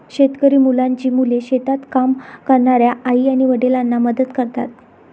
शेतकरी मुलांची मुले शेतात काम करणाऱ्या आई आणि वडिलांना मदत करतात